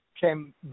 came